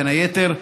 בין היתר,